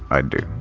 i do.